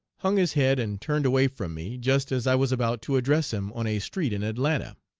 hung his head and turned away from me, just as i was about to address him on a street in atlanta.